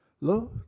Lord